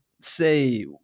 say